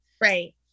Right